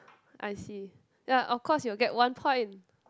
I see ya of course you will get one point